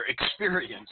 experience